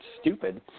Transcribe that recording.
stupid